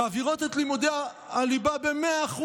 מעבירות את לימודי הליבה ב-100%,